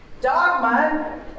Dogma